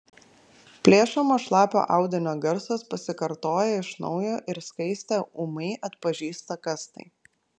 plėšomo šlapio audinio garsas pasikartoja iš naujo ir skaistė ūmai atpažįsta kas tai